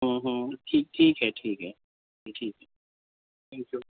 ہوں ہوں ٹھیک ٹھیک ہے ٹھیک ہے تھینک یو